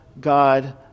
God